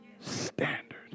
standard